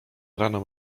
rano